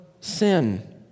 sin